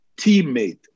teammate